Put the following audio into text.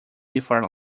before